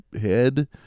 head-